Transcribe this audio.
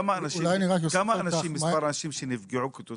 מה מספר האנשים שנפגעו כתוצאה מזה?